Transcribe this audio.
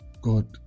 God